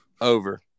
Over